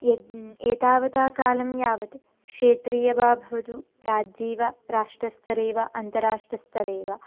यच्च एतावता कालं यावत् क्षेत्रीयं वा भवतु राज्ये वा राष्ट्रस्तरे वा अन्ताराष्ट्रस्तरे वा